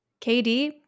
KD